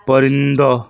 پرندہ